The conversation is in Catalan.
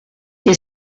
que